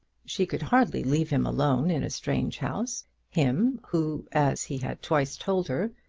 she could hardly leave him alone in a strange house him, who, as he had twice told her,